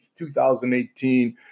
2018